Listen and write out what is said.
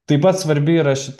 taip pat svarbi yra šita